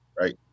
right